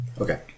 Okay